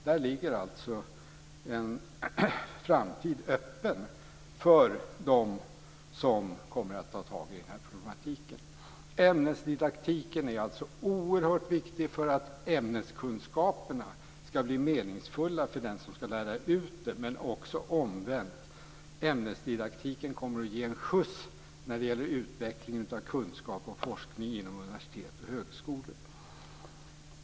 Där ligger alltså en framtid öppen för dem som kommer att ta tag i den här problematiken. Ämnesdidaktiken är alltså oerhört viktig för att ämneskunskaperna ska bli meningsfulla för den som ska lära ut dem, men också omvänt: ämnesdidaktiken kommer att ge en skjuts när det gäller utvecklingen av kunskap och forskning inom universitet och högskolor.